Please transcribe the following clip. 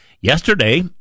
yesterday